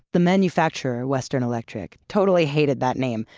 the manufacturer, western electric, totally hated that name,